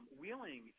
Wheeling